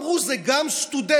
אמרו: גם סטודנטים,